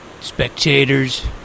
spectators